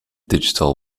digital